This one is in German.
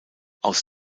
aus